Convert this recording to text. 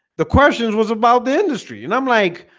the questions was about the industry and i'm like,